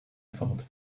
thought